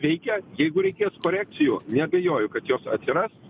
veikia jeigu reikės korekcijų neabejoju kad jos atsiras